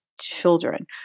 children